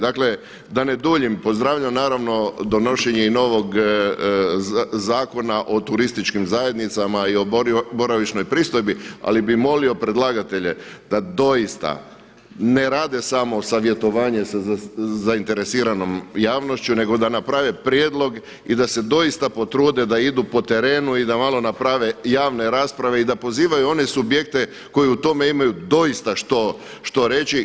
Dakle da ne duljim pozdravljam donošenje i novog Zakona o turističkim zajednicama i boravišnoj pristojbi, ali bi molio predlagatelje da doista ne rade samo savjetovanje sa zainteresiranom javnošću nego da naprave prijedlog i da se doista potrude da idu po terenu i da malo naprave javne rasprave i da pozivaju one subjekte koje u tome imaju doista što reći.